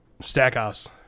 Stackhouse